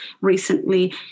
recently